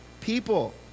people